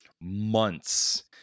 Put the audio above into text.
months